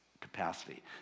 capacity